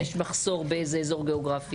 אם יש מחסור, באיזה אזור גאוגרפי?